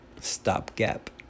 stopgap